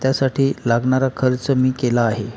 त्यासाठी लागणारा खर्च मी केला आहे